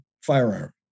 firearm